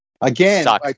Again